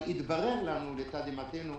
התברר לנו, לתדהמתנו,